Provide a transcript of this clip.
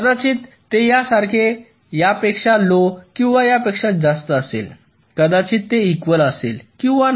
कदाचित ते यासारखे यापेक्षा लो किंवा यापेक्षा जास्त असेल कदाचित ते इक्वल असेल किंवा नाही